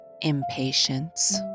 impatience